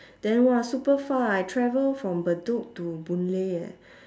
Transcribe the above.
then !wah! super far I travel from bedok to boon-lay eh